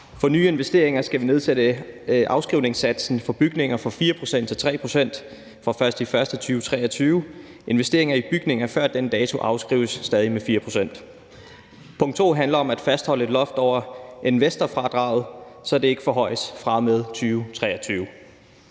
for nye investeringer afskrivningssatsen for bygninger fra 4 pct. til 3 pct. fra den 1. januar 2023. Investeringer i bygninger før den dato afskrives stadig med 4 pct. For det andet handler det om at fastholde et loft over investorfradraget, så det ikke forhøjes fra og med 2023.